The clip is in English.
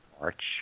March